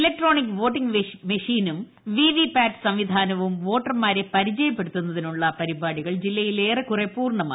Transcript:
electronic voting മെഷീനും VVPAT സംവിധാനവും വോട്ടർമാരെ പരിചയപ്പെടുത്തുന്നതിനുള്ള പരിപാടികൾ ജില്ലയിൽ ഏറെക്കുറെ പൂർണമായി